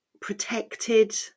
protected